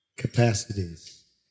capacities